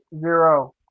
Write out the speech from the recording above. zero